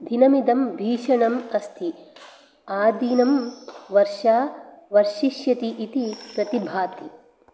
दिनमिदं भीषणम् अस्ति आदिनं वर्षा वर्षिष्यति इति प्रतिभाति